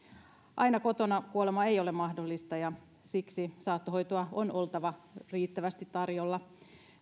aina kotona kuolema ei ole mahdollista ja siksi saattohoitoa on oltava riittävästi tarjolla